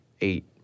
eight